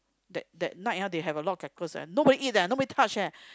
that that night ah they have a lot of cockles eh nobody eat eh nobody touch eh